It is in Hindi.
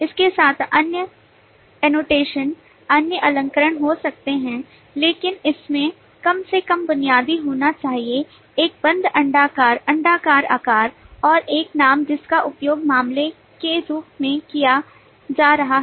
इसके साथ अन्य एनोटेशन अन्य अलंकरण हो सकते हैं लेकिन इसमें कम से कम बुनियादी होना चाहिए एक बंद अंडाकार अण्डाकार आकार और एक नाम जिसका उपयोग मामले के रूप में किया जा रहा है